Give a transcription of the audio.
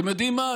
אתם יודעים מה,